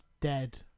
dead